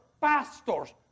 pastors